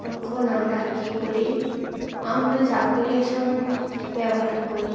তখন আমরা কী করি আমরা চাকুলিয়া সাবান ব্যবহার করি